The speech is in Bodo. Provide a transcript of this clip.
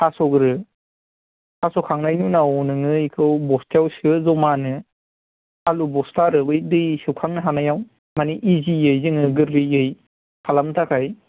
हास'ग्रो हास' खांनायनि उनाव नोङो एखौ बस्थायाव सो जमा नो आलु बस्था आरो बै दै सोबखांनो हानायाव मानि एजियै जोङो गोरलैयै खालामनो थाखाय